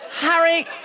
Harry